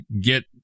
get